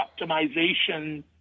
optimization